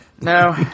No